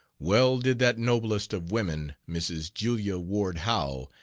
well did that noblest of women, mrs. julia ward howe,